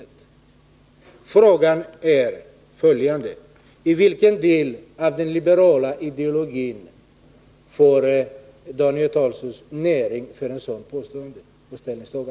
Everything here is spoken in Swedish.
Min andra fråga är följande: I vilken del av den liberala ideologin får Daniel Tarschys näring för ett sådant påstående?